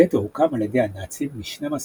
הגטו הוקם על ידי הנאצים ב-12